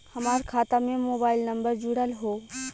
हमार खाता में मोबाइल नम्बर जुड़ल हो?